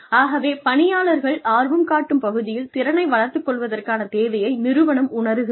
ஆகவே பணியாளர்கள் ஆர்வம் காட்டும் பகுதியில் திறனை வளர்த்துக் கொள்வதற்கான தேவையை நிறுவனம் உணருகிறது